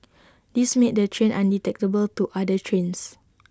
this made the train undetectable to other trains